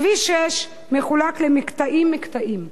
כביש 6 מחולק למקטעים מקטעים.